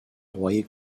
royer